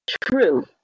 true